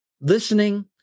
listening